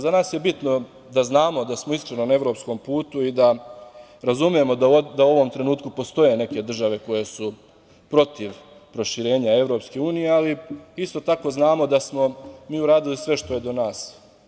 Za nas je bitno da znamo da smo na evropskom putu i da razumemo da u ovom trenutku postoje neke države koje su protiv proširenja Evropske unije, ali isto tako znamo da smo mi uradili sve što je do nas.